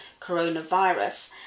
coronavirus